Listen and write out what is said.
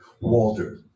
walter